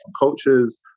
cultures